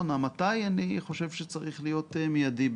ה-מתי, אני חושב שצריך להיות מיידי.